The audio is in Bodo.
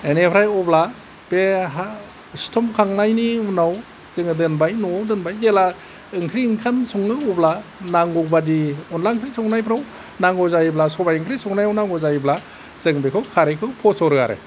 एनिफ्राइ अब्ला बे हा सिथमखांनायनि उनाव जोङो दोनबाय न'आव दोनबाय जेब्ला ओंख्रि ओंखाम सङो अब्ला नांगौ बादि ओंख्रि ओंखाम संनायफ्राव नांगौ जायोब्ला सबाय ओंख्रि संनायाव नांगौ जायोब्ला जों बिखौ खारैखौ फसरो आरो दा